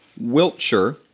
Wiltshire